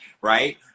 right